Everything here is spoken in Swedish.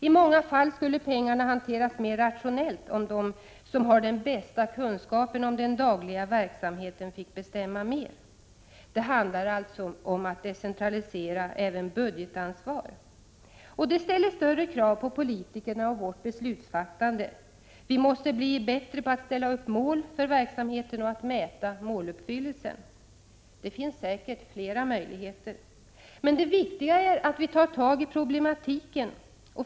I många fall skulle pengarna hanteras mera rationellt om de som har den bästa kunskapen om den dagliga verksamheten fick bestämma mer. Det handlar alltså om att decentralisera även budgetansvar. Detta ställer större krav på oss politiker och vårt beslutsfattande. Vi måste bli bättre på att ställa upp mål för verksamheten och att mäta måluppfyllelsen. Det finns säkert flera möjligheter. Det viktiga är emellertid att vi tar oss an problematiken.